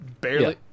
barely